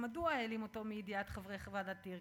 מדוע העלים אותו מידיעת חברי ועדת טירקל.